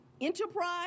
enterprise